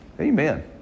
Amen